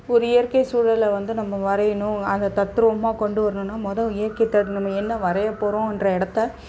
ஒரு இயற்கை சூழலை வந்து நம்ம வரையணும் அதை தத்ரூபமாக கொண்டு வரணுன்னால் மொதல் இயற்கை தரு நம்ம என்ன வரையப் போகிறோன்ற இடத்த